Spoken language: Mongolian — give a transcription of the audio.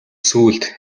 сүүлд